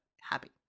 happy